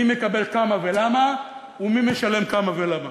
מי מקבל כמה ולמה ומי משלם כמה ולמה.